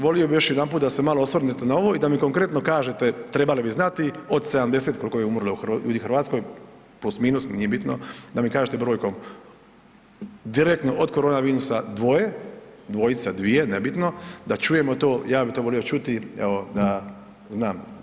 Volio bih još jedanput da se malo osvrnete na ovo i da mi konkretno kažete trebali bi znati od 70 koliko je ljudi umrlo u Hrvatskoj, plus, minus, nije bitno, da mi kažete brojkom direktno od korona virusa dvoje, dvojica, dvije nebitno, da čujemo, ja bih to volio čuti evo da znam.